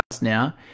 now